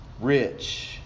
rich